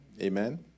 amen